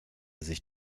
sich